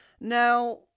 Now